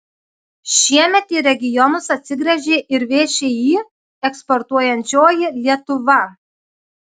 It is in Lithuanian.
šiemet į regionus atsigręžė ir všį eksportuojančioji lietuva